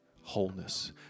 wholeness